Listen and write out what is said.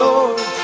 Lord